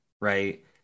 right